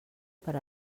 per